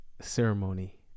ceremony